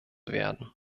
werden